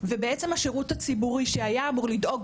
ובעצם השירות הציבורי שהיה אמור לדאוג